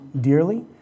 dearly